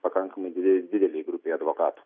pakankamai dvi didelei grupei advokatų